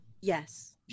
Yes